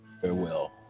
farewell